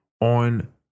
on